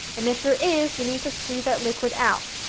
and if there is you need to squeeze that liquid out.